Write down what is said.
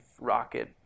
Rocket